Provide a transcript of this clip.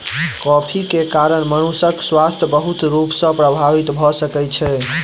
coffee के कारण मनुषक स्वास्थ्य बहुत रूप सॅ प्रभावित भ सकै छै